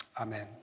Amen